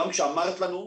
גם כשאמרת לנו,